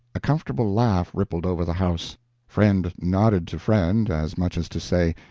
a comfortable laugh rippled over the house friend nodded to friend, as much as to say,